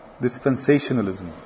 Dispensationalism